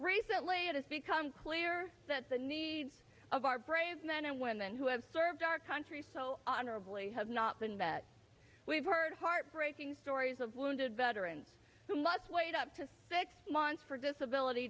recently it has become clear that the needs of our brave men and women who have served our country so honorably have not been met we've heard heartbreaking stories of wounded veterans who must wait up to six months for disability